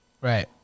Right